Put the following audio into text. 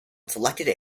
selected